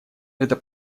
это